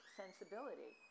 sensibility